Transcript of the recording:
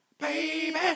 baby